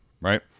Right